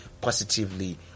positively